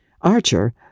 Archer